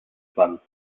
funds